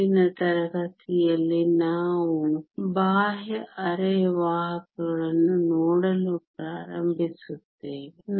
ಮುಂದಿನ ತರಗತಿಯಲ್ಲಿ ನಾವು ಬಾಹ್ಯ ಅರೆವಾಹಕಗಳನ್ನು ನೋಡಲು ಪ್ರಾರಂಭಿಸುತ್ತೇವೆ